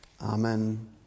Amen